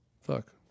Fuck